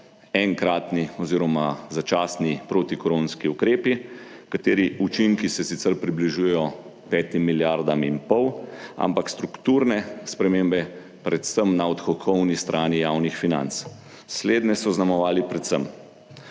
enkratni oziroma začasni protikoronski ukrepi, kateri učinki se sicer približujejo 5 milijardam in pol, ampak strukturne spremembe predvsem na odhodkovni strani javnih financ. Slednje so zaznamovali predvsem